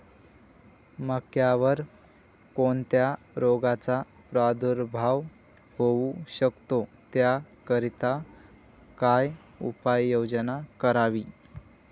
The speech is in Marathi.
मक्यावर कोणत्या रोगाचा प्रादुर्भाव होऊ शकतो? त्याकरिता काय उपाययोजना करावी?